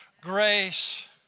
Grace